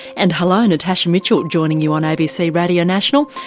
and hello, natasha mitchell joining you on abc radio national.